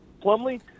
Plumley